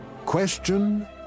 Question